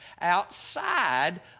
outside